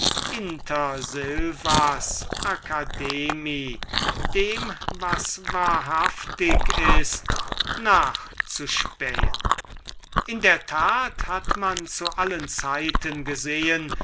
inter sylvas academi dem was wahrhaftig ist nachzuspähen in der tat hat man zu allen zeiten gesehen